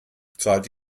zahlt